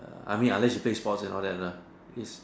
I mean unless you play sport and all that lah